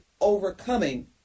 overcoming